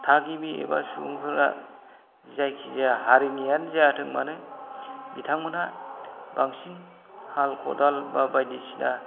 थागिबि एबा सुबुंफोरा जायखिजाया हारिनियानो जाथोंमानो बिथांमोनहा बांसिन हाल खदाल बा बायदिसिना